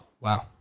Wow